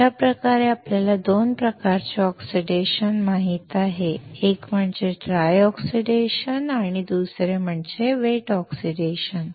अशा प्रकारे आपल्याला 2 प्रकारचे ऑक्सिडेशन माहित आहे एक ड्राय ऑक्सिडेशन आणि एक म्हणजे वेट ऑक्सिडेशन